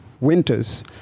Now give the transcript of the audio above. winters